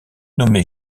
nommée